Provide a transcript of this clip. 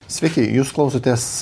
sveiki jūs klausotės